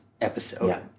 episode